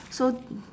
so